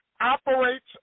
operates